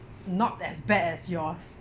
not as bad as yours